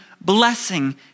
blessing